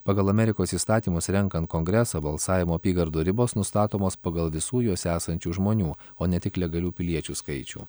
pagal amerikos įstatymus renkant kongresą balsavimo apygardų ribos nustatomos pagal visų juose esančių žmonių o ne tik legalių piliečių skaičių